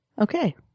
Okay